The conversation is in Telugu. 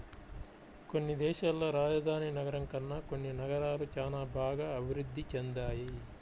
కొన్ని దేశాల్లో రాజధాని నగరం కన్నా కొన్ని నగరాలు చానా బాగా అభిరుద్ధి చెందాయి